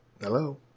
hello